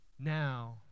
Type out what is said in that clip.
Now